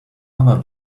other